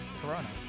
Corona